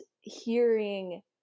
hearing